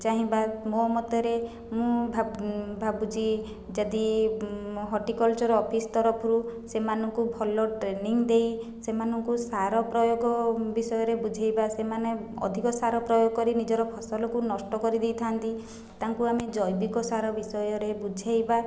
ଚାହିଁବା ମୋ ମତରେ ମୁଁ ଭାବୁଚି ଯଦି ହର୍ଟିକଲ୍ଚର୍ ଅଫିସ୍ ତରଫରୁ ସେମାନଙ୍କୁ ଭଲ ଟ୍ରେନିଂ ଦେଇ ସେମାନଙ୍କୁ ସାର ପ୍ରୟୋଗ ବିଷୟରେ ବୁଝେଇବା ସେମାନେ ଅଧିକ ସାର ପ୍ରୟୋଗ କରି ନିଜର ଫସଲକୁ ନଷ୍ଟ କରିଦେଇଥାନ୍ତି ତା'ଙ୍କୁ ଆମେ ଜୈବିକ ସାର ବିଷୟରେ ବୁଝେଇବା